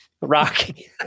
Rocky